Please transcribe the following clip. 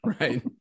right